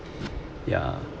yeah